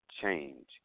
change